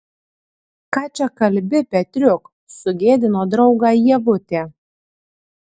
ką čia kalbi petriuk sugėdino draugą ievutė